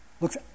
looks